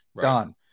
Done